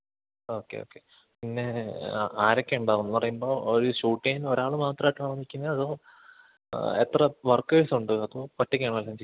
okay okay പിന്നെ ആ ആരൊക്കെയുണ്ടാവും എന്ന് പറയുമ്പോൾ ഒരു ഷൂട്ടിങ്ന് ഒരാൾ മാത്രമായിട്ടാണോ നില്ക്കുന്നത് അതോ എത്ര വർക്കേസ്സ് ഉണ്ട് അതും ഒറ്റക്കണോ എല്ലാം ചെയ്യുന്നത്